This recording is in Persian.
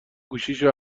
گوشیشو